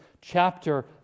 chapter